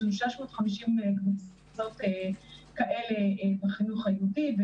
יש לנו 650 קבוצות כאלה בחינוך היהודי.